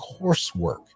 coursework